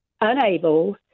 unable